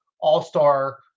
all-star